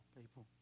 people